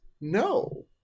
no